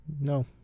No